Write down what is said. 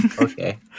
Okay